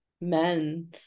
men